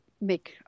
make